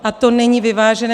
A to není vyvážené.